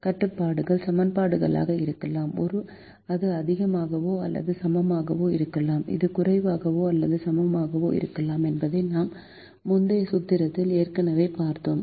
கட்டுப்பாடுகள் சமன்பாடுகளாக இருக்கலாம் அது அதிகமாகவோ அல்லது சமமாகவோ இருக்கலாம் அது குறைவாகவோ அல்லது சமமாகவோ இருக்கலாம் என்பதை நம் முந்தைய சூத்திரங்களில் ஏற்கனவே பார்த்தோம்